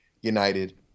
United